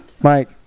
Mike